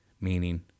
Meaning